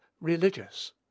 religious